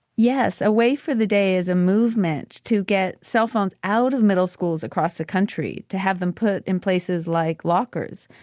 yes, away for the day is a movement to get cellphones out of the middle schools across the country, to have them put in places like lockers.